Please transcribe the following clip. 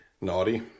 Naughty